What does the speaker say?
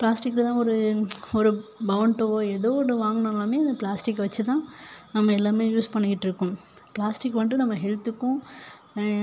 பிளாஸ்டிக்கில் தான் ஒரு ஒரு பொவோண்டோவோ ஏதோ ஒன்று வாங்கணுனாலுமே இந்த பிளாஸ்டிக் வச்சு தான் நம்ம எல்லாமே யூஸ் பண்ணிக்கிட்டுருக்கோம் பிளாஸ்டிக் வன்ட்டு நம்ம ஹெல்த்துக்கும்